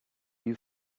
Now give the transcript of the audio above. you